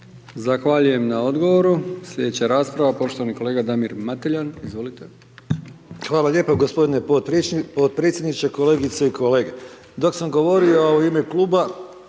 Zahvaljujem na odgovoru. Sljedeća rasprava, poštovani kolega Damir Mateljan, izvolite. **Mateljan, Damir (SDP)** Hvala lijepo g. potpredsjedniče, kolegice i kolege. Dok sam govorio u ime kluba,